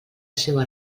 seua